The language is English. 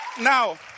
Now